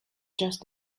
just